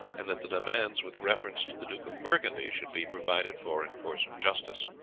and that the demands with reference to the duke of burgundy should be provided for in course of justice.